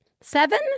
seven